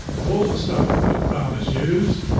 of all the stuff that farmers use,